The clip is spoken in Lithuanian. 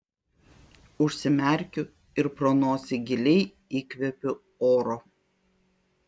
užsimerkiu ir pro nosį giliai įkvėpiu oro